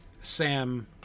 Sam